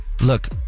Look